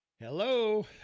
hello